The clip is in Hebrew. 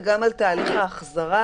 וגם על תהליך ההחזרה